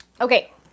Okay